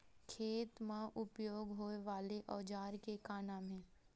खेत मा उपयोग होए वाले औजार के का नाम हे?